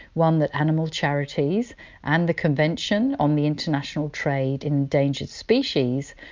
one that animal charities and the convention on the international trade in endangered species,